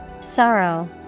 Sorrow